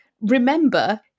remember